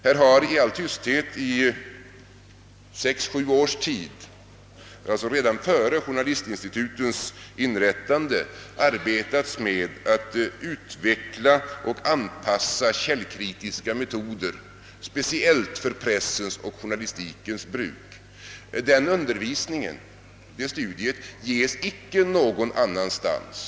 Här har i all tysthet i sex, sju års tid — alltså med början redan före journalistinstitutens inrättande — arbetats med utveckling och anpassning av källkritiska metoder speciellt för pressens och journalistikens bruk. Denna undervisning och detta studium förekommer icke någon annanstans.